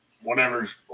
whatever's